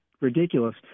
ridiculous